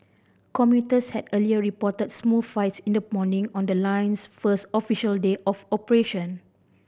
commuters had earlier reported smooth rides in the morning on the line's first official day of operation